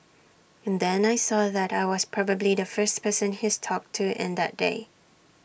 and then I saw that I was probably the first person he's talked to in that day